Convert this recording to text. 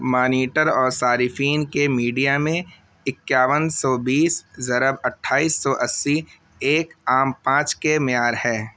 monitor اور صارفین کے میڈیا میں اکیاون سو بیس ضرب اٹھائیس سو اسّی ایک عام پانچ کے معیار ہے